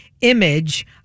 image